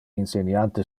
inseniante